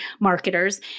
marketers